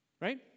Right